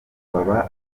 baba